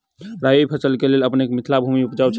रबी फसल केँ लेल अपनेक मिथिला भूमि उपजाउ छै